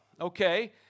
Okay